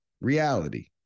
Reality